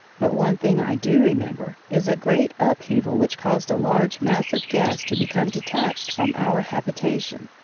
but one thing i do remember is a great upheaval which caused a large mass of gas to become detached from our habitation.